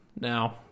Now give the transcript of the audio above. now